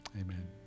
Amen